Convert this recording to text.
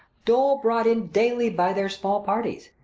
dol, brought in daily by their small parties.